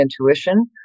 intuition